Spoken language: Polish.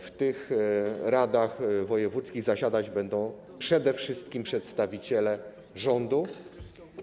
W radach wojewódzkich zasiadać będą przede wszystkim przedstawiciele rządu.